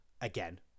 again